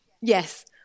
Yes